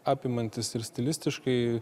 apimantis ir stilistiškai